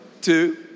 two